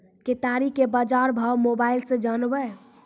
केताड़ी के बाजार भाव मोबाइल से जानवे?